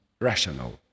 rational